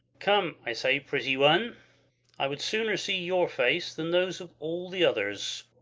come, i say, pretty one i would sooner see your face than those of all the others.